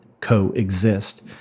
coexist